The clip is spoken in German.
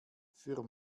für